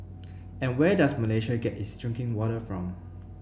and where does Malaysia get its drinking water from